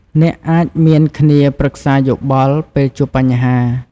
អ្នកអាច មានគ្នាប្រឹក្សាយោបល់ ពេលជួបបញ្ហា។